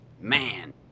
man